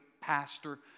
pastor